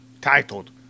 titled